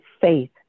faith